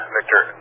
Victor